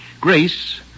Grace